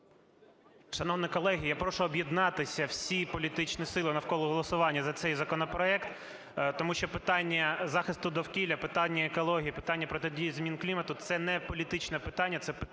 Шановні колеги, я прошу об'єднатися всі політичні сили навколо голосування за цей законопроект, тому що питання захисту довкілля, питання екології, питання протидії змін клімату – це неполітичне питання, це питання